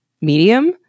medium